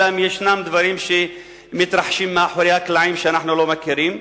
אלא אם מתרחשים מאחורי הקלעים דברים שאנחנו לא מכירים.